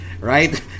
Right